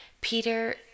Peter